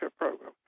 program